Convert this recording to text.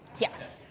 yes.